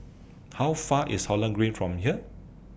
How Far IS Holland Green from here